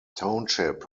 township